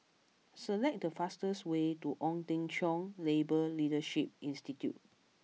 select the fastest way to Ong Teng Cheong Labour Leadership Institute